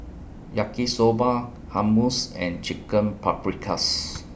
Yaki Soba Hummus and Chicken Paprikas